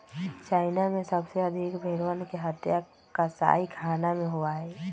China में सबसे अधिक भेंड़वन के हत्या कसाईखाना में होबा हई